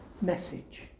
message